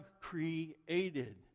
created